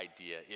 idea